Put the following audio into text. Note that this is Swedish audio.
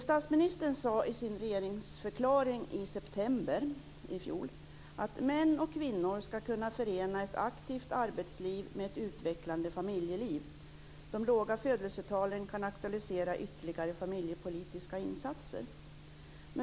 Statsministern sade i regeringsförklaringen i september i fjol att män och kvinnor ska kunna förena ett aktivt arbetsliv med ett utvecklande familjeliv och att de låga födelsetalen kan aktualisera ytterligare familjepolitiska insatser.